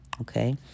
Okay